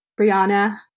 Brianna